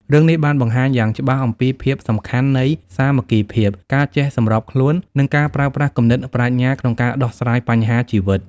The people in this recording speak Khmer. រឿងនេះបានបង្ហាញយ៉ាងច្បាស់អំពីភាពសំខាន់នៃ សាមគ្គីភាព ការចេះសម្របខ្លួន និង ការប្រើប្រាស់គំនិតប្រាជ្ញា ក្នុងការដោះស្រាយបញ្ហាជីវិត។